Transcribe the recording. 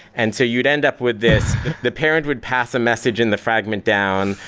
and so you'd end up with this the parent would pass a message in the fragment down.